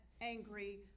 angry